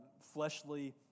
fleshly